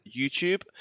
YouTube